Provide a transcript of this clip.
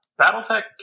Battletech